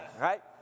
Right